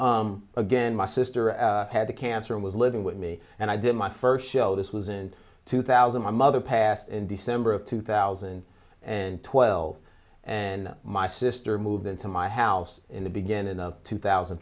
again my sister had a cancer and was living with me and i did my first show this was in two thousand my mother passed in december of two thousand and twelve and my sister moved into my house in the beginning of two thousand